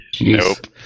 Nope